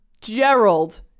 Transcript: Gerald